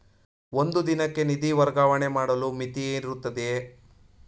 ಒಂದು ದಿನಕ್ಕೆ ನಿಧಿ ವರ್ಗಾವಣೆ ಮಾಡಲು ಮಿತಿಯಿರುತ್ತದೆಯೇ?